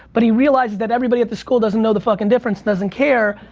but he realizes that everybody at the school doesn't know the fuckin' difference, doesn't care.